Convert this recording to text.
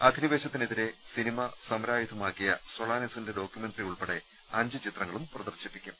അധിനിവേശത്തിനെതിരെ cinema സമരായുധമാക്കിയ സോളാ നസിന്റെ ഡോക്യുമെന്ററി ഉൾപ്പെടെ അഞ്ചു ചിത്രങ്ങളും പ്രദർശിപ്പിക്കും